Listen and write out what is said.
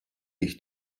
ich